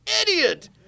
idiot